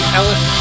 Ellis